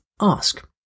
ask